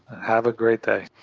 have a great day.